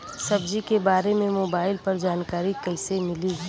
सब्जी के बारे मे मोबाइल पर जानकारी कईसे मिली?